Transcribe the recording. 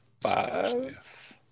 five